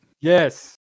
Yes